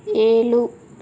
ஏழு